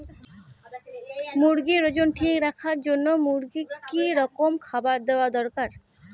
মুরগির ওজন ঠিক রাখবার জইন্যে মূর্গিক কি রকম খাবার দেওয়া দরকার?